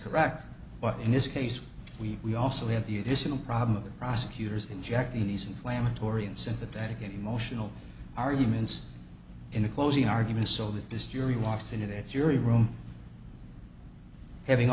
correct but in this case we we also have the additional problem of the prosecutors injecting these inflammatory and sympathetic and emotional arguments in a closing argument so that this jury walks into that jury room having